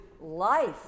life